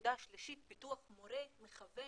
והנקודה השלישית היא פיתוח מורה, מכוון,